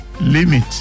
Limit